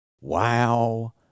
Wow